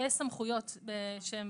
סמכויות שהן